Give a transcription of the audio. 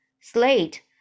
slate